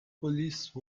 police